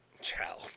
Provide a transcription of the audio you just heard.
Ciao